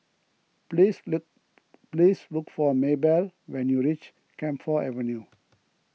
please look please look for a Maybelle when you reach Camphor Avenue